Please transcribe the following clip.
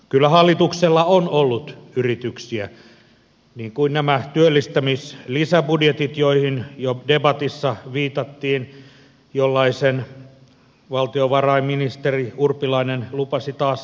kyllä hallituksella on ollut yrityksiä niin kuin nämä työllistämislisäbudjetit joihin jo debatissa viitattiin jollaisen valtiovarainministeri urpilainen lupasi taas esittää